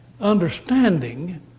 understanding